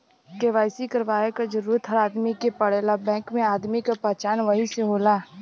KYC करवाये क जरूरत हर आदमी के पड़ेला बैंक में आदमी क पहचान वही से होला